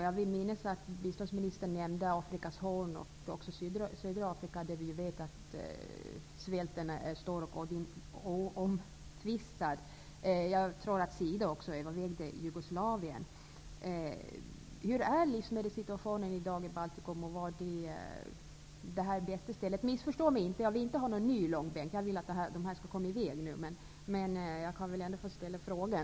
Jag vill minnas att biståndsministern nämnde Afrikas horn och södra Afrika, där vi vet att svälten är stor och oomtvistad. Jag tror att SIDA också övervägde Jugoslavien. Baltikum det bästa stället? Missförstå mig nu inte och tro att jag vill ha någon ny långbänk. Jag vill att maten skall komma i väg nu, men jag kan väl ändå få ställa frågan.